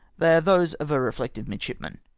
they are those of a reflective midshipman.